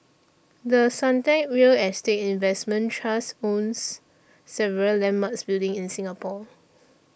The Suntec real estate investment trust owns several landmark buildings in Singapore